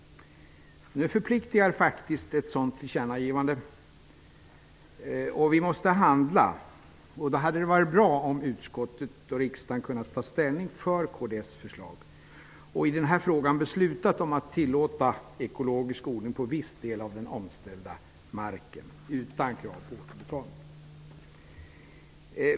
Nu förpliktigar faktiskt ett sådant tillkännagivande. Vi måste handla. Då hade det varit bra om utskottet och riksdagen hade kunnat ta ställning för kds förslag och i den här frågan beslutat tillåta ekologisk odling på viss del av den omställda marken utan krav på återbetalning.